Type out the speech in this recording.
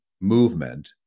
movement